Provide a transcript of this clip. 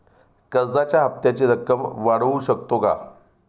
कर्जाच्या हप्त्याची रक्कम वाढवू शकतो का?